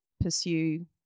pursue